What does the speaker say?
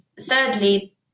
thirdly